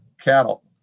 cattle